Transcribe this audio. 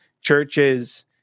churches